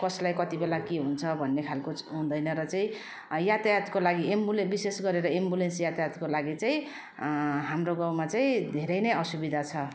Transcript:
कसलाई कति बेला के हुन्छ भन्ने खाले हुँदैन र चाहिँ यातायातको लागि एम्बुलेन्स विशेष गरेर एम्बुलेन्स यातायातको लागि चाहिँ हाम्रो गाउँमा चाहिँ धेरै नै असुविधा छ